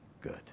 good